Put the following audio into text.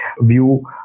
view